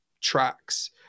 tracks